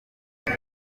ejo